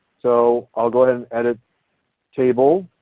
so i will go ahead and edit table,